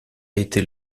été